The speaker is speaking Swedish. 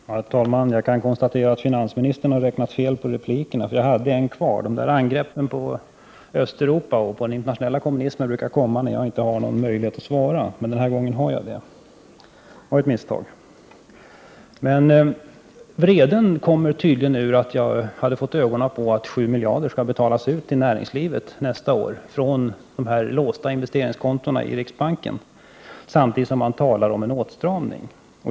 Herr talman! Jag kan konstatera att finansministern har räknat fel på replikerna, för jag hade en replik kvar. Angreppen på Östeuropa och den internationella kommunismen brukar komma när jag inte har någon möjlighet att svara, men den här gången har jag det, så det var ju ett misstag. Vreden har tydligen sin grund i att jag hade fått ögonen på att 7 miljarder kronor skall betalas ut till näringslivet nästa år från de låsta investeringskontona i riksbanken, samtidigt som man talar om en åtstramning.